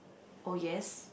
oh yes